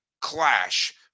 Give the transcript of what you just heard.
clash